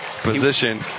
Position